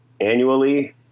annually